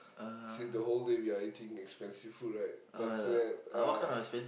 as in the whole day we are eating expensive food right then after that uh